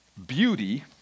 Beauty